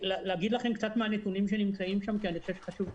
ולהגיד לכם קצת מהנתונים שנמצאים שם כי אני חושב שחשוב שתדעו.